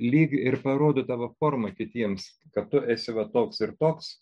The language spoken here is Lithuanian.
lyg ir parodo tavo formą kitiems kad tu esi va toks ir toks